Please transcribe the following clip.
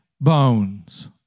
bones